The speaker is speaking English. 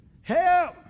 Help